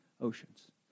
Oceans